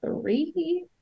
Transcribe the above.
three